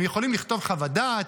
הם יכולים לכתוב חוות דעת,